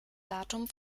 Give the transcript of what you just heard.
datum